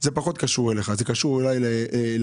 זה פחות קשור אליך אלא קשור אולי לאוצר.